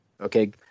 okay